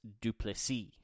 Duplessis